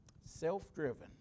Self-driven